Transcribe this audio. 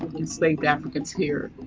enslaved africans here